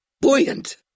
buoyant